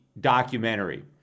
documentary